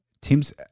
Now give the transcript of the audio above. teams –